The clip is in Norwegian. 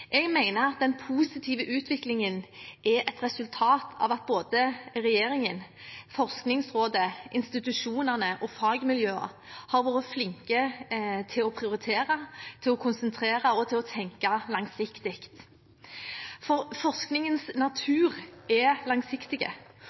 Jeg mener at den positive utviklingen er et resultat av at både regjeringen, Forskningsrådet, institusjonene og fagmiljøer har vært flinke til å prioritere, til å konsentrere og til å tenke langsiktig. For forskningens natur er